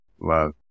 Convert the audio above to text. love